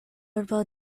urbo